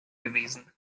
gewesen